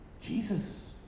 Jesus